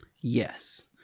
Yes